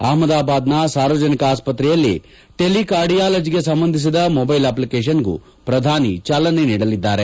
ಅಹ್ನದಾಬಾದ್ನ ಸಾರ್ವಜನಿಕ ಆಸ್ಪತ್ರೆಯಲ್ಲಿ ಟೆಲಿಕಾರ್ಡಿಯಾಲಜಿಗೆ ಸಂಬಂಧಿಸಿದ ಮೊಬ್ಲೆಲ್ ಅಪ್ಲಿಕೇಷನ್ಗೂ ಪ್ರಧಾನಿ ಚಾಲನೆ ನೀಡಲಿದ್ದಾರೆ